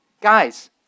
Guys